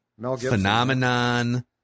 phenomenon